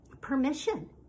permission